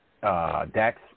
Dax